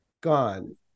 gone